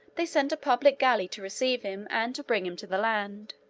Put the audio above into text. they sent a public galley to receive him, and to bring him to the land.